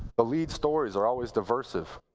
the lead stories are always diversive.